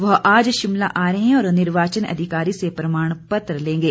वह आज शिमला आ रहे हैं और निर्वाचन अधिकारी से प्रमाण पत्र लेंगे